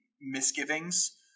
misgivings